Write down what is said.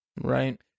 right